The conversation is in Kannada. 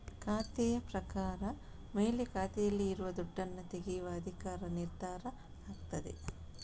ಖಾತೆಯ ಪ್ರಕಾರದ ಮೇಲೆ ಖಾತೆಯಲ್ಲಿ ಇರುವ ದುಡ್ಡನ್ನ ತೆಗೆಯುವ ಅಧಿಕಾರ ನಿರ್ಧಾರ ಆಗ್ತದೆ